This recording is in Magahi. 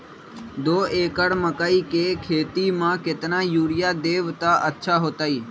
दो एकड़ मकई के खेती म केतना यूरिया देब त अच्छा होतई?